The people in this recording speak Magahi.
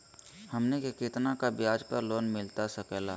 हमनी के कितना का ब्याज पर लोन मिलता सकेला?